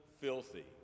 filthy